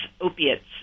opiates